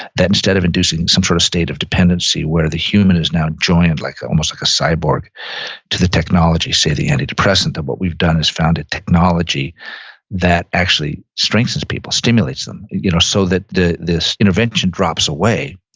that instead of inducing some sort of state of dependency where the human is now joined like ah almost like a cyborg to the technology, say the antidepressant, then what we've done is found a technology that actually strengthens people, stimulates them you know so that this intervention drops away.